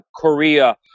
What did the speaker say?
Korea